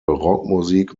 rockmusik